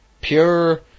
Pure